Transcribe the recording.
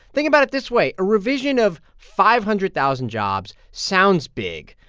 think about it this way. a revision of five hundred thousand jobs sounds big,